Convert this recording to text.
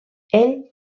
ell